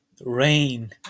rain